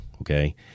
Okay